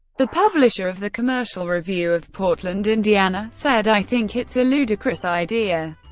the publisher of the commercial review of portland, indiana, said, i think it's a ludicrous idea.